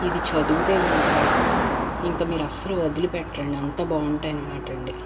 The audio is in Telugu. ఇది చదివితే కనుక ఇంకా మీరు అస్సలు వదిలి పెట్టరండి అంత బాగుంటాయి అనమాటండి